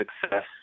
success